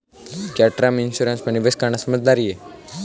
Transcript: क्या term insurance में निवेश करना समझदारी है?